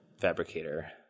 fabricator